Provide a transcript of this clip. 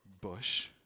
bush